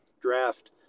draft